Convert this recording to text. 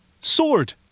Sword